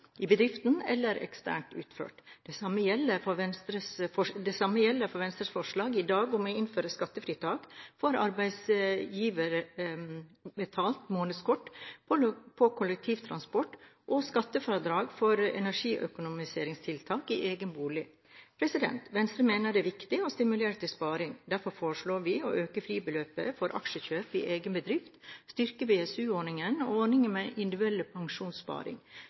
i bedriften eller eksternt utført. Det samme gjelder for Venstres forslag i dag om å innføre skattefritak for arbeidsgiverbetalt månedskort på kollektivtransport og skattefradrag for energiøkonomiseringstiltak i egen bolig. Venstre mener at det er viktig å stimulere til sparing. Derfor foreslår vi å øke fribeløpet for aksjekjøp i egen bedrift, styrke BSU-ordningen og ordningen med individuell pensjonssparing.